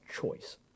choice